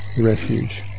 refuge